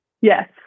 Yes